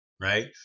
right